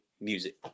music